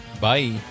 Bye